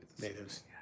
Natives